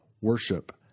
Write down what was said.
Worship